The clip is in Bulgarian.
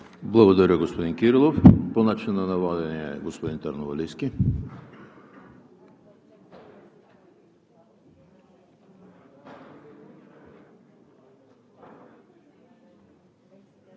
Благодаря, господин Кирилов. По начина на водене – господин Търновалийски.